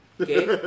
Okay